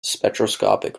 spectroscopic